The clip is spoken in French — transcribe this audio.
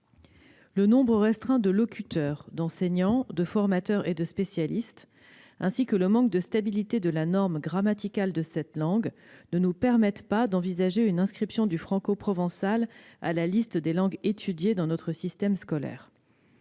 Le nombre restreint de locuteurs, d'enseignants, de formateurs et de spécialistes, ainsi que le manque de stabilité de la norme grammaticale de cette langue ne nous permettent pas d'envisager une inscription du francoprovençal sur la liste des langues étudiées dans notre système scolaire.